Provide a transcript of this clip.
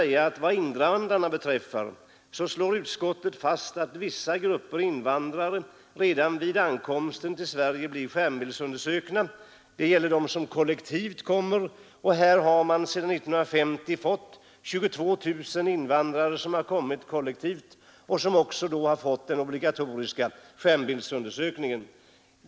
Vad invandrarna beträffar slår utskottet fast att vissa grupper invandrare redan vid ankomsten till Sverige blir skärmbildsundersökta. Det gäller de som kommer kollektivt, och sedan 1950 har 22 000 invandrare kommit kollektivt och blivit föremål för obligatorisk skärmbildsundersökning.